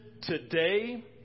today